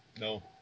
No